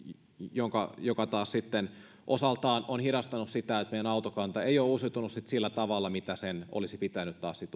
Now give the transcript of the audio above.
joka taas sitten osaltaan on hidastanut sitä että meidän autokantamme ei ole uusiutunut sillä sillä tavalla miten sen olisi pitänyt